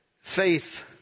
faith